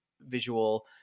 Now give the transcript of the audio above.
visual